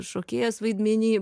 šokėjos vaidmeny